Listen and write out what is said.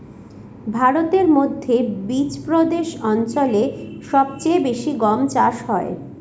ভারতের মধ্যে বিচপ্রদেশ অঞ্চলে সব চেয়ে বেশি গম চাষ হয়